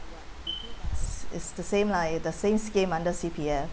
it's the same lah eh the same scheme under C_P_F